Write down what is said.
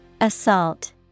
Assault